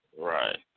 Right